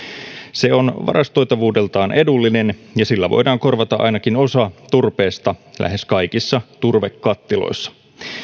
se on varastoitavuudeltaan edullinen ja sillä voidaan korvata ainakin osa turpeesta lähes kaikissa turvekattiloissa